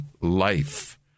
life